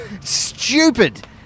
Stupid